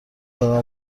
زدم